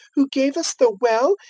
who gave us the well,